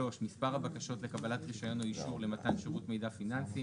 מספר הבקשות לקבלת רישיון או אישור למתן שירות מידע פיננסי,